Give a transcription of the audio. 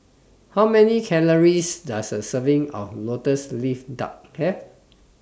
How Many Calories Does A Serving of Lotus Leaf Duck Have